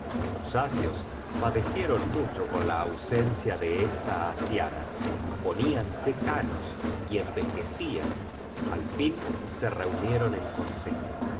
los asios padecieron mucho con la ausencia de esta asiana poníanse canos y envejecian al fin se reunieron en consejo